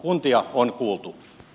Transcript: kuntia on kuultu